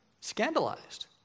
Scandalized